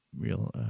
real